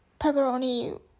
pepperoni